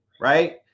Right